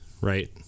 right